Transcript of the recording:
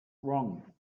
wrong